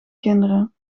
kinderen